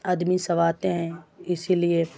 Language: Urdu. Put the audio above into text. آدمی سب آتے ہیں اسی لیے